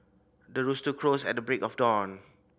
the rooster crows at the break of dawn